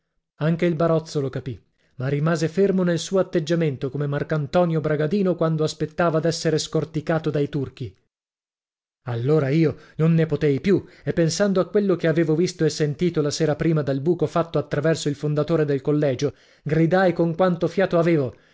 anche il barozzo lo capì ma rimase fermo nel suo atteggiamento come marcantonio bragadino quando aspettava d'essere scorticato dai turchi allora io non ne potei più e pensando a quello che avevo visto e sentito la sera prima dal buco fatto attraverso il fondatore del collegio gridai con quanto fiato avevo